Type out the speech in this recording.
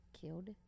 killed